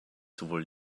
sowohl